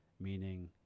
meaning